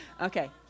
Okay